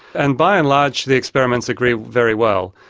and by and large the experiments agree very well.